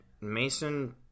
Mason